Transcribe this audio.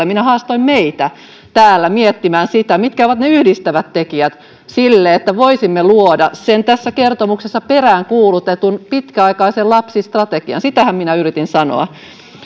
minä haastoin meitä täällä miettimään sitä mitkä ovat ne yhdistävät tekijät sille että voisimme luoda sen tässä kertomuksessa peräänkuulutetun pitkäaikaisen lapsistrategian sitähän minä yritin sanoa